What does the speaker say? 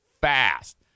fast